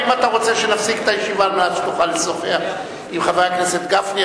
האם אתה רוצה שנפסיק את הישיבה על מנת שתוכל לשוחח עם חבר הכנסת גפני?